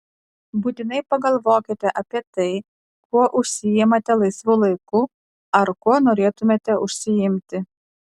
būtinai pagalvokite apie tai kuo užsiimate laisvu laiku ar kuo norėtumėte užsiimti